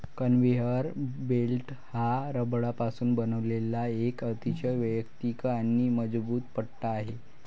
conveyor belt हा रबरापासून बनवलेला एक अतिशय वैयक्तिक आणि मजबूत पट्टा आहे